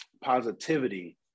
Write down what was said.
positivity